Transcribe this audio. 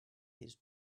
his